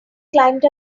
climbed